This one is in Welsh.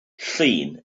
llun